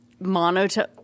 monotone